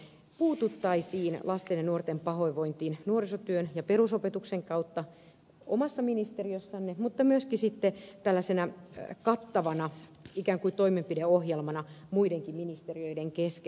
puututtaisiin lasten ja nuorten pahoinvointiin nuorisotyön ja perusopetuksen kautta omassa ministeriössänne mutta myöskin sitten tällaisena kattavana ikään kuin toimenpideohjelmana muidenkin ministeriöiden kesken